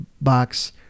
box